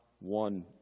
one